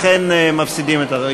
לכן מפסידים את התור.